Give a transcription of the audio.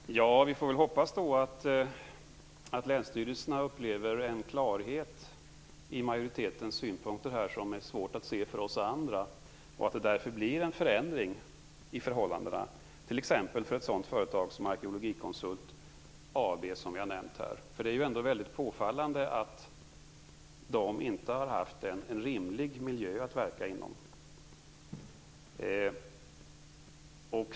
Fru talman! Vi får väl hoppas att länsstyrelserna upplever en klarhet i majoritetens synpunkter som är svår att se för oss andra, och att det därför blir en förändring i förhållandena, t.ex. för ett sådant företag som Arkeologikonsult AB som vi har nämnt här. Det är ju ändå väldigt påfallande att de inte har haft en rimlig miljö att verka i.